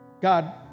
God